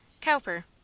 Cowper